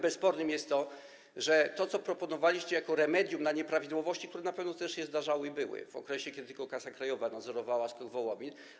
Bezspornym faktem jest to, że to, co proponowaliście jako remedium na nieprawidłowości, które na pewno też się zdarzały i były w okresie, kiedy tylko Kasa Krajowa nadzorowała SKOK Wołomin.